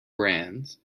brands